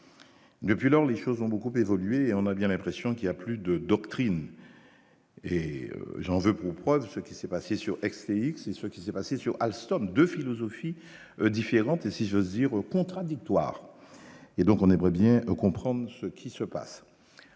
depuis lors, les choses ont beaucoup évolué et on a bien l'impression qu'il y a plus de doctrine et j'en veux pour preuve ce qui s'est passé sur c'est ce qui s'est passé sur Alstom, 2 philosophies différentes, et si j'ose dire, contradictoire et donc on aimerait bien donc, comprendre ce qui se passe